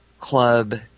club